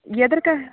எதற்காக